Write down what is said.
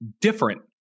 different